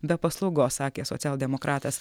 be paslaugos sakė socialdemokratas